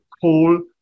call